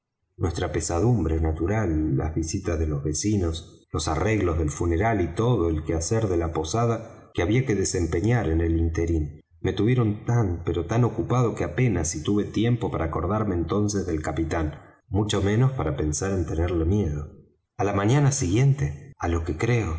nuestra pesadumbre natural las visitas de los vecinos los arreglos del funeral y todo el quehacer de la posada que había que desempeñar en el interín me tuvieron tan ocupado que apenas si tuve tiempo para acordarme entonces del capitán mucho menos para pensar en tenerle miedo á la mañana siguiente á lo que creo